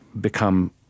become